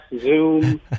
Zoom